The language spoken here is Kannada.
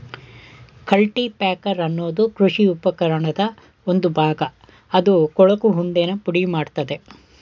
ಕಲ್ಟಿಪ್ಯಾಕರ್ ಅನ್ನೋದು ಕೃಷಿ ಉಪಕರಣದ್ ಒಂದು ಭಾಗ ಅದು ಕೊಳಕು ಉಂಡೆನ ಪುಡಿಮಾಡ್ತದೆ